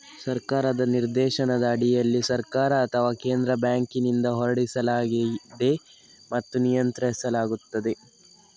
ಸರ್ಕಾರದ ನಿರ್ದೇಶನದ ಅಡಿಯಲ್ಲಿ ಸರ್ಕಾರ ಅಥವಾ ಕೇಂದ್ರ ಬ್ಯಾಂಕಿನಿಂದ ಹೊರಡಿಸಲಾಗಿದೆ ಮತ್ತು ನಿಯಂತ್ರಿಸಲಾಗುತ್ತದೆ